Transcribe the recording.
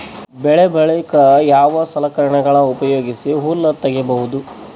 ಬೆಳಿ ಬಳಿಕ ಯಾವ ಸಲಕರಣೆಗಳ ಉಪಯೋಗಿಸಿ ಹುಲ್ಲ ತಗಿಬಹುದು?